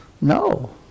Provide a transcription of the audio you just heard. No